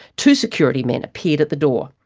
two security men appeared at the door.